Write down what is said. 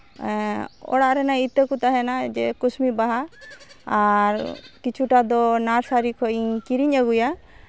ᱚᱲᱟᱜ ᱨᱮᱱᱟᱜ ᱤᱛᱟᱹ ᱠᱚ ᱛᱟᱦᱮᱱᱟ ᱡᱮ ᱠᱩᱥᱵᱤ ᱵᱟᱦᱟ ᱟᱨ ᱠᱤᱪᱷᱩᱴᱟ ᱫᱚ ᱱᱟᱨᱥᱟᱨᱤ ᱠᱷᱚᱱ ᱤᱧ ᱠᱤᱨᱤᱧ ᱟᱹᱜᱩᱭᱟ